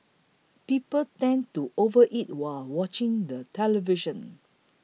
people tend to overeat while watching the television